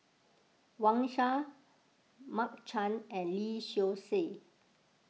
Wang Sha Mark Chan and Lee Seow Ser